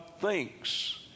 thinks